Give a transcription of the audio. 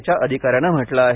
च्या अधिकाऱ्यानं म्हटलं आहे